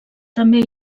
també